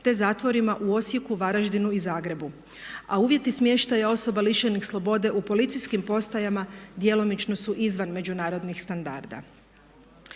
te zatvorima u Osijeku, Varaždinu i Zagrebu, a uvjeti smještaja osoba lišenih slobode u policijskim postajama djelomično su izvan međunarodnih standarda.